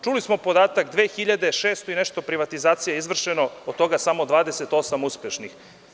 Čuli smo podatak 2600 i nešto privatizacija je izvršeno, a od toga samo 28 uspešnih.